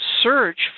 search